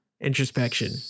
introspection